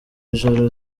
ijoro